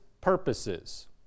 purposes